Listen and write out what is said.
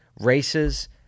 races